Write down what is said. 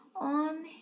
on